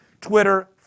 Twitter